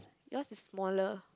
yours is smaller